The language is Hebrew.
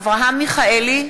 אברהם מיכאלי,